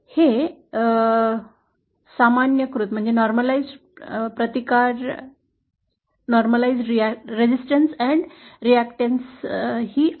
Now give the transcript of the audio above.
हे सामान्यीकृत प्रतिकार आणि प्रतिक्रियेच्या दृष्टीने आहे